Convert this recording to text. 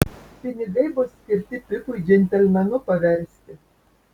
pinigai bus skirti pipui džentelmenu paversti